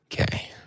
Okay